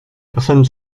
personne